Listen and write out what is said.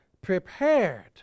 prepared